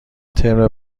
ترم